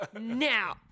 now